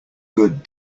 good